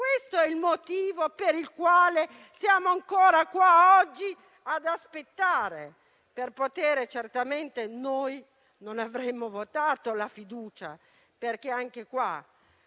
questo è il motivo per il quale siamo ancora qua oggi ad aspettare. Certamente noi non avremmo votato la fiducia. Una